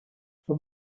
for